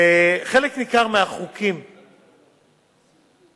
וחלק ניכר מהחוקים שעברו,